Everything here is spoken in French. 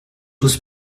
tous